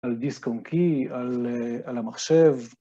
‫על דיסק און קי, על המחשב.